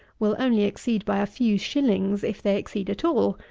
will only exceed by a few shillings, if they exceed at all,